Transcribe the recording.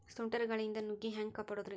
ಸುಂಟರ್ ಗಾಳಿಯಿಂದ ನುಗ್ಗಿ ಹ್ಯಾಂಗ ಕಾಪಡೊದ್ರೇ?